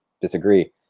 disagree